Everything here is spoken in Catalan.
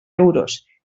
euros